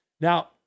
Now